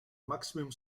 maximum